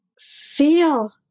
feel